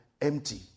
empty